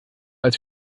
als